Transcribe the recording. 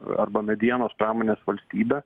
arba medienos pramonės valstybė